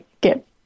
get